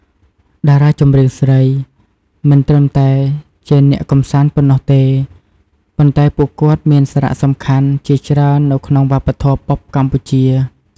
តារាចម្រៀងស្រីមិនត្រឹមតែជាអ្នកកម្សាន្តប៉ុណ្ណោះទេ ប៉ុន្តែពួកគាត់មាន សារៈសំខាន់ ជាច្រើននៅក្នុងវប្បធម៌ប៉ុបកម្ពុជា។